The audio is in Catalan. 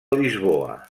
lisboa